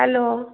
hello